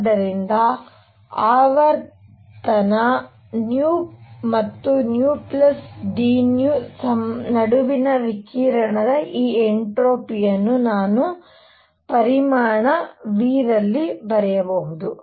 ಆದ್ದರಿಂದ ಆವರ್ತನ ಮತ್ತು d ನಡುವಿನ ವಿಕಿರಣದ ಈ ಎನ್ಟ್ರೋಪಿಯನ್ನು ನಾನು ಪರಿಮಾಣ V ರಲ್ಲಿ ಬರೆಯಬಹುದು